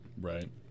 right